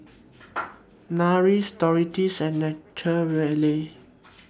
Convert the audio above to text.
Nars Doritos and Nature Valley